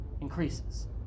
increases